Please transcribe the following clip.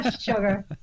sugar